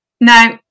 Now